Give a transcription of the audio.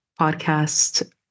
podcast